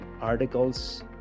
articles